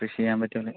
കൃഷി ചെയ്യാൻ പറ്റുന്ന